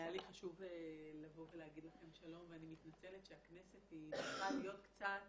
היה לי חשוב ולהגיד לכם שלום ואני מתנצלת שהכנסת הפכה להיות קצת